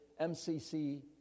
MCC